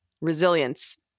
Resilience